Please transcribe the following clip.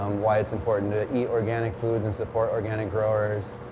um why it's important to eat organic foods and support organic growers.